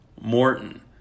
Morton